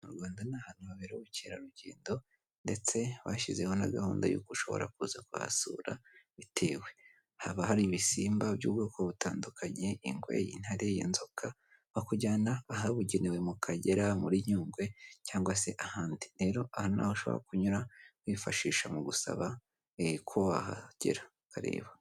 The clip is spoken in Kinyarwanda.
Mu Rwanda ni ahantu habera ubukerarugendo ndetse bashyizeho na gahunda y'uko ushobora kuza kuhasura bitewe. Haba hari ibisimba by'ubwoko butandukanye ingwe intare, nizoka, bakujyana ahabugenewe mu Kagera, muri Nyungwe, cyangwa se ahandi. Rero ni aho ushobora kunyura wifashisha mu gusaba ko wahagera ukareba.